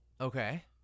Okay